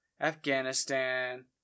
afghanistan